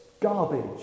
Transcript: garbage